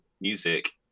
music